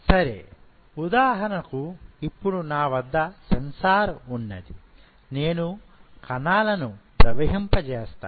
సరేనా ఉదాహరణకు కు ఇప్పుడు నా వద్ద సెన్సార్ ఉన్నది నేను కణాలును ప్రవహింప చేస్తాను